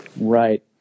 Right